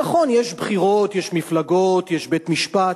נכון, יש בחירות, יש מפלגות, יש בית-משפט,